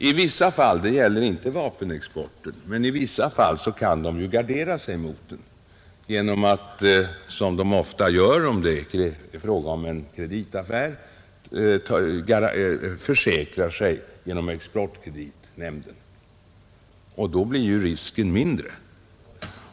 I vissa fall — det gäller inte vapenexport — kan de gardera sig mot risken genom att, som de ofta gör om det är fråga om en kreditaffär, försäkra sig genom exportkreditnämnden. Då blir risken mindre.